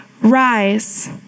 Rise